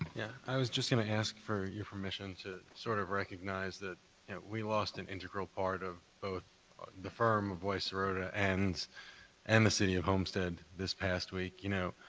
yeah. i was just going to ask for your permission to sort of recognize that we lost an integral part of both the firm of weiss serota, and and the city of homestead this past week. you know,